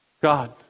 God